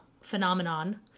phenomenon